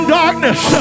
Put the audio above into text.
darkness